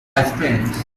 friends